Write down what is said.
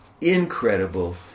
incredible